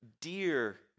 dear